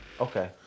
Okay